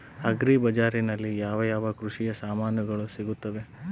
Agri ಬಜಾರಿನಲ್ಲಿ ಯಾವ ಯಾವ ಕೃಷಿಯ ಸಾಮಾನುಗಳು ಸಿಗುತ್ತವೆ?